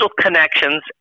connections